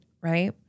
right